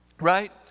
right